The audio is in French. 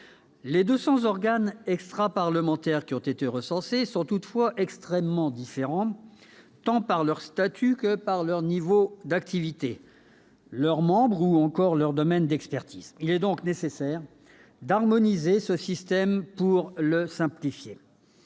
cents organismes extraparlementaires recensés sont toutefois extrêmement différents, tant par leur statut que par leur niveau d'activité, composition ou domaine d'expertise. Il est donc nécessaire d'harmoniser ce système pour le simplifier.